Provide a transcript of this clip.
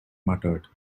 muttered